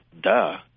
duh